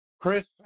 Chris